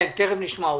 תיכף נשמע אותה.